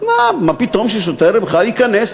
מה פתאום ששוטר בכלל ייכנס?